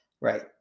Right